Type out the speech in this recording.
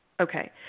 Okay